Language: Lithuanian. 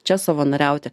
čia savanoriauti